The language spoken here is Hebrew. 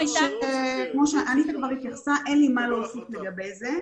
אניטה כבר התייחסה ואין לי מה להוסיף לגבי זה.